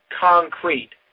concrete